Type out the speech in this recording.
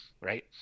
Right